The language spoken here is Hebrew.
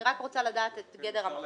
אני רק רוצה לדעת את גדר המחלוקת.